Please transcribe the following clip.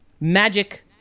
Magic